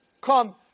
come